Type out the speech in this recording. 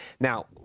Now